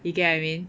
you get what I mean